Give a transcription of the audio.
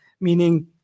meaning